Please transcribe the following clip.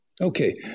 Okay